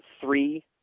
three